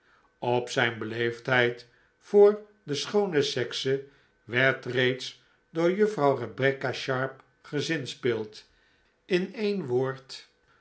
op zijn beleefdheid voor de schoone sekse werd reeds door juffrouw rebecca sharp gezinspeeld in een woord